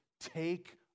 take